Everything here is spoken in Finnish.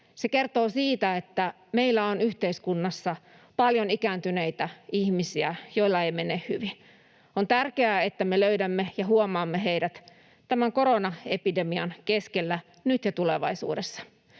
Se kertoo siitä, että meillä on yhteiskunnassa paljon ikääntyneitä ihmisiä, joilla ei mene hyvin. On tärkeää, että me löydämme ja huomaamme heidät tämän koronaepidemian keskellä nyt ja tulevaisuudessa,